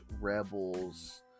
Rebels